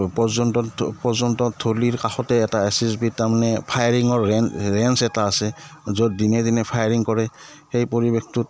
পৰ্যন্তন পৰ্যটন থলিৰ কাষতে এটা এছ এছ বিৰ তাৰমানে ফায়াৰিঙৰ ৰেঞ্জ এটা আছে য'ত দিনে দিনে ফায়াৰিং কৰে সেই পৰিৱেশটোত